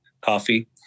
Coffee